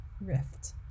rift